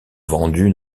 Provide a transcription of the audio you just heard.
vendu